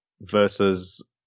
versus